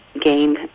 gain